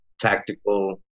tactical